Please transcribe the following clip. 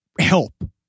help